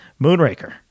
Moonraker